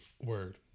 Word